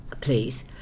please